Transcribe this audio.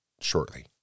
shortly